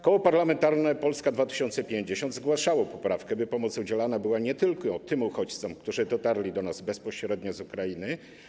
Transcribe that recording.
Koło Parlamentarne Polska 2050 zgłaszało poprawkę, by pomoc udzielana była nie tylko tym uchodźcom, którzy dotarli do nas bezpośrednio z Ukrainy.